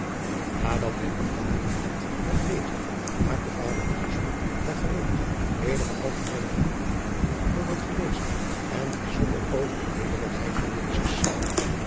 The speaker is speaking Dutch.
dat hij opgehouden had met lezen maakte vader buisman naar gewoonte eenige algemeene aanmerkingen over het gelezene en bijzonder over de nederigheid van